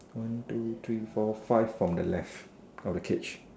one two three four five from the left of the cage